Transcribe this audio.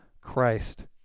Christ